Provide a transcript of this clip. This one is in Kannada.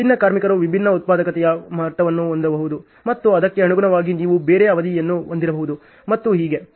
ವಿಭಿನ್ನ ಕಾರ್ಮಿಕರು ವಿಭಿನ್ನ ಉತ್ಪಾದಕತೆಯ ಮಟ್ಟವನ್ನು ಹೊಂದಬಹುದು ಮತ್ತು ಅದಕ್ಕೆ ಅನುಗುಣವಾಗಿ ನೀವು ಬೇರೆ ಅವಧಿಯನ್ನು ಹೊಂದಿರಬಹುದು ಮತ್ತು ಹೀಗೆ